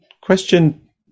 question